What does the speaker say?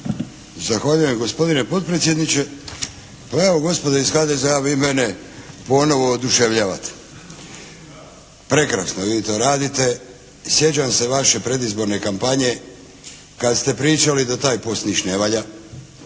Zahvaljujem gospodine potpredsjedniče. Pa evo gospodo iz HDZ-a vi mene ponovo oduševljavate. Prekrasno vi to radite. Sjećam se vaše predizborne kampanje kada ste pričali da taj POS ništa ne valja,